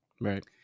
Right